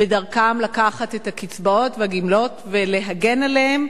בדרכם לקחת את הקצבאות והגמלאות ולהגן עליהם